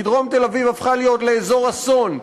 כי דרום תל-אביב הפכה להיות אזור אסון,